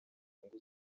nyungu